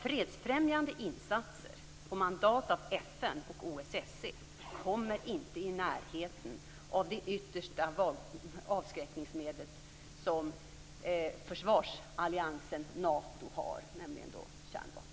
Fredsfrämjande insatser på mandat av FN och OSSE kommer inte i närheten av det yttersta avskräckningsmedel som försvarsalliansen Nato har, nämligen kärnvapen.